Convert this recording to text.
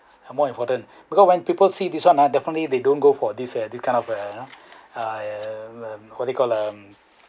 uh more important because when people see this one ah definitely they don't go for this uh this kind of you know err what you call um